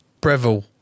Breville